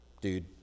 dude